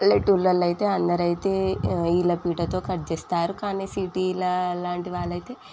పల్లెటూళ్ళలో అయితే అందరు అయితే ఈల పీటతో కట్ చేస్తారు కానీ సిటీల లాంటి వాళ్ళు అయితే